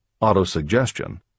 Autosuggestion